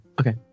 okay